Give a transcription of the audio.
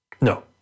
No